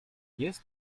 jest